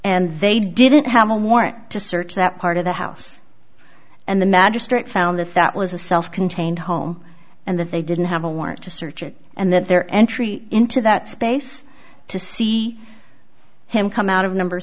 and they didn't have a warrant to search that part of the house and the magistrate found that that was a self contained home and that they didn't have a warrant to search it and that their entry into that space to see him come out of number